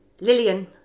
Lillian